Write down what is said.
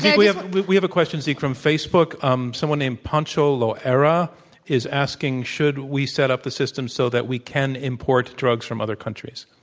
we have we we have a question, zeke, from facebook, um someone named poncho loayra is asking, should we set up the system so that we can import drugs from other countries?